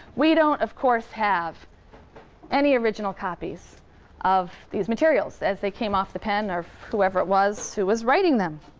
we don't, of course, have any original copies of these materials as they came off the pen of whoever it was who was writing them,